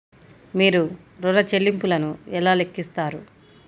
మీరు ఋణ ల్లింపులను ఎలా లెక్కిస్తారు?